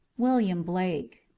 william blake